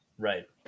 Right